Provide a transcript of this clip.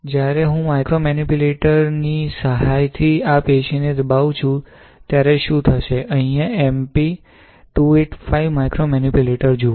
જ્યારે હું માઇક્રોમેનિપ્યુલેટર ની સહાયથી આ પેશીને દબાવું છું ત્યારે શું થશે અહીં MP 285 માઇક્રોમેનિપ્યુલેટર જુઓ